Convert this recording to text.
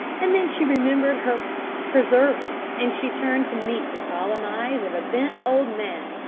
and then she remembered her preserver, and she turned to meet the solemn eyes of a bent old man,